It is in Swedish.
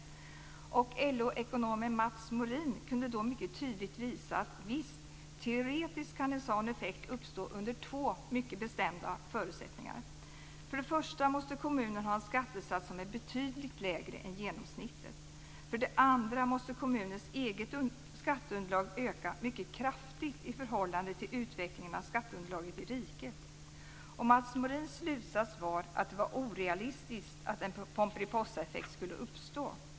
LO-ekonomen Mats Morin kunde då mycket tydligt visa att, visst, teoretiskt kan en sådan effekt uppstå under två bestämda förutsättningar. För det första måste kommunen ha en skattesats som är betydligt lägre än genomsnittet. För det andra måste kommunens eget skatteunderlag öka mycket kraftigt i förhållande till utvecklingen av skatteunderlaget i riket. Mats Morins slutsats var att det var orealistiskt att en Pomperipossaeffekt skulle uppstå.